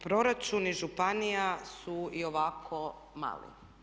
Proračuni županija su i ovako mali.